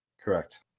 Correct